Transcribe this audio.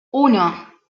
uno